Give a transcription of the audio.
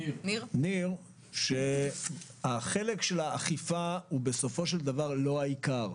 ניר שהחלק שלה אכיפה בסופו שלד בר הוא לא העיקר.